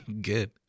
Good